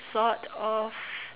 sort of